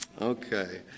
Okay